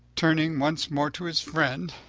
turning once more to his friend,